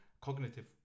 cognitive